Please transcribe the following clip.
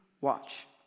watch